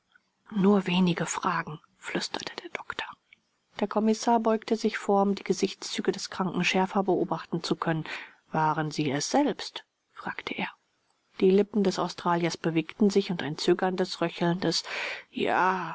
nur wenige fragen flüsterte der doktor der kommissar beugte sich vor um die gesichtszüge des kranken schärfer beobachten zu können waren sie es selbst fragte er die lippen des australiers bewegten sich und ein zögerndes röchelndes ja